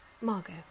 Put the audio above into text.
Margot